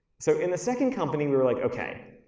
so in the second company, we were like, okay,